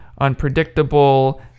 unpredictable